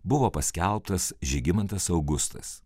buvo paskelbtas žygimantas augustas